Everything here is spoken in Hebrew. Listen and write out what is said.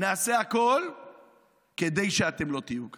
נעשה הכול כדי שאתם לא תהיו כאן.